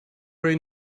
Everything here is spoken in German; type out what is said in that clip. ray